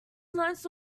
nice